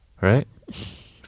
Right